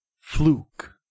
Fluke